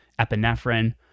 epinephrine